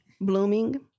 Blooming